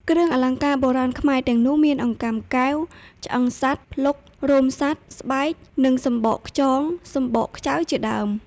គ្រឿងអលង្ការបុរាណខ្មែរទាំងនោះមាន អង្កាំកែវ ឆ្អឹងសត្វ/ភ្លុក រោមសត្វ/ស្បែក និងសំបកខ្យង/សំបកខ្ចៅជាដើម។